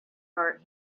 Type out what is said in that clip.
heart